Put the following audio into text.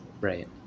right